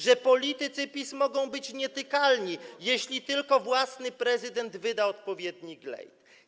że politycy PiS mogą być nietykalni, jeśli tylko własny prezydent wyda odpowiedni glejt.